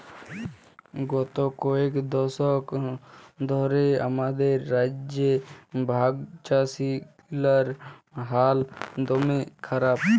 গত কয়েক দশক ধ্যরে আমাদের রাজ্যে ভাগচাষীগিলার হাল দম্যে খারাপ